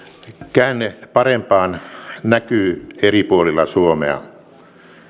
käänne parempaan näkyy eri puolilla suomea